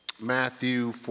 Matthew